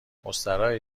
مستراحه